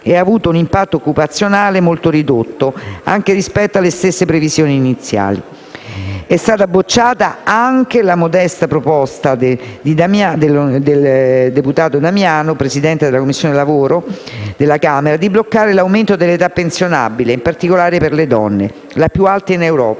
ha avuto un impatto occupazionale molto ridotto anche rispetto alle stesse previsioni iniziali. È stata bocciata anche la modesta proposta dell'onorevole Damiano, presidente della Commissione lavoro della Camera, di bloccare l'aumento dell'età pensionabile, in particolare per le donne. La più alta in Europa.